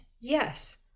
yes